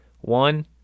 one